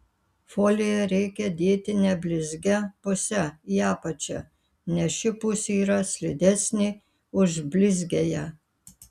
foliją reikia dėti neblizgia puse į apačią nes ši pusė yra slidesnė už blizgiąją